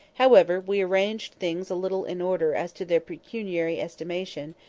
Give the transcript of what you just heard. however, we arranged things a little in order as to their pecuniary estimation,